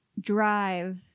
drive